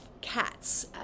cats